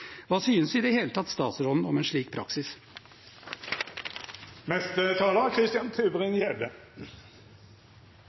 Hva synes i det hele tatt statsråden om en slik praksis?